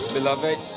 Beloved